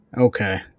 Okay